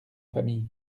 famille